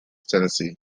tennessee